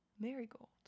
marigold